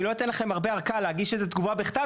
אני לא אתן לכם הרבה ארכה להגיש איזה תגובה בכתב